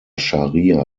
scharia